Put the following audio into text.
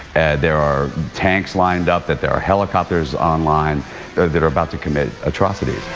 and there are tanks lined up, that there are helicopters online that are about to commit atrocities.